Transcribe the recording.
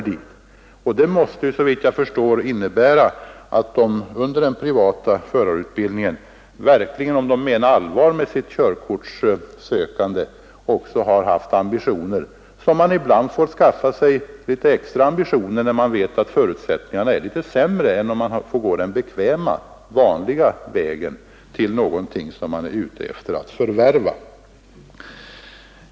Det måste såvitt jag förstår innebära att de under den privata utbildningen, om de menar allvar med sitt körkortssökande, verkligen också måste ha haft de ambitioner som är nödvändiga om förutsättningarna är litet sämre jämfört med om man får gå den bekväma och vanliga vägen till någonting som man är ute efter att förvärva.